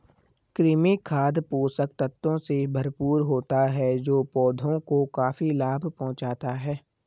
कृमि खाद पोषक तत्वों से भरपूर होता है जो पौधों को काफी लाभ पहुँचाता है